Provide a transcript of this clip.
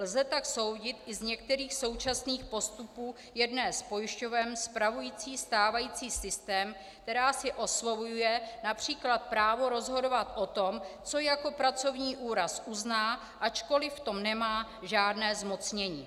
Lze tak soudit i z některých současných postupů jedné z pojišťoven spravujících stávající systém, která si osvojuje například právo rozhodovat o tom, co jako pracovní úraz uzná, ačkoliv v tom nemá žádné zmocnění.